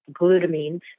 glutamine